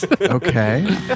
Okay